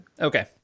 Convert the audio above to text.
Okay